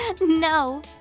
No